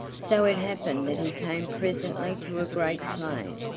so it happened that he came presently to a great plain,